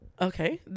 Okay